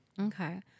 Okay